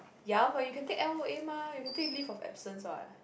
ya but you can take L_O_A mah you can take leave of absence what